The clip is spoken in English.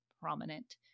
prominent